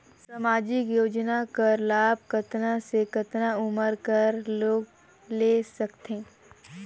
समाजिक योजना कर लाभ कतना से कतना उमर कर लोग ले सकथे?